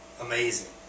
amazing